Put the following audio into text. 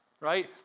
Right